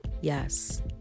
Yes